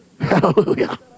hallelujah